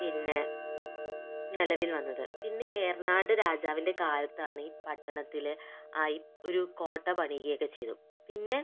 പിന്നെ നിലവിൽ വന്നത് പിന്നെ എർണാട് രാജാവിൻ്റെ കാലത്താണ് ഈ പട്ടണത്തില് ഐ ഒരു കോട്ട പണിയുകയൊക്കെ ചെയ്തു പിന്നെ